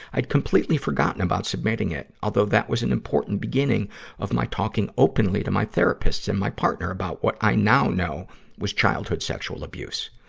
i'd completely forgotten about submitting it, although that an important beginning of my talking openly to my therapists and my partner about what i now know was childhood sexual abuse.